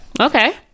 Okay